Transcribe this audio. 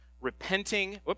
repenting